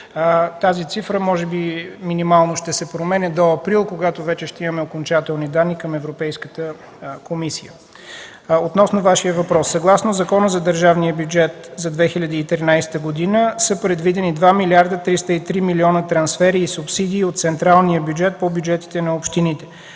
Тази цифра може би минимално ще се променя до април, когато вече ще имаме окончателни данни към Европейската комисия. Относно Вашия въпрос. Съгласно Закона за държавния бюджет за 2013 г. са предвидени 2 млрд. 303 млн. трансфери и субсидии от централния бюджет по бюджетите на общините.